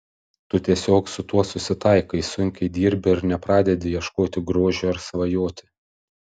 tu tiesiog su tuo susitaikai sunkiai dirbi ir nepradedi ieškoti grožio ar svajoti